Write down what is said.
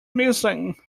missing